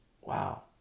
Wow